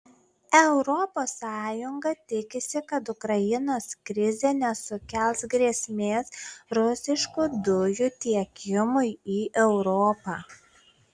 europos sąjunga tikisi kad ukrainos krizė nesukels grėsmės rusiškų dujų tiekimui į europą